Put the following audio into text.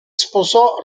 sposò